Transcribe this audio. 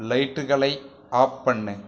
லைட்டுகளை ஆஃப் பண்ணு